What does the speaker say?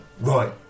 Right